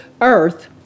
earth